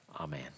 amen